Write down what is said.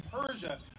Persia